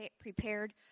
prepared